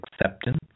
acceptance